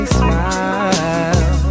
smile